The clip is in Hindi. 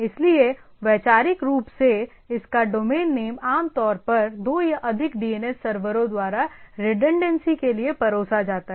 इसलिए वैचारिक रूप से इसका डोमेन नेम आमतौर पर दो या अधिक DNS सर्वरों द्वारा रिडंडेंसी के लिए परोसा जाता है